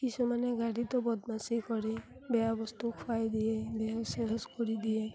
কিছুমানে গাড়ীটো বদমাচি কৰে বেয়া বস্তু খোৱাই দিয়ে বেহুঁচ সেহুঁচ কৰি দিয়ে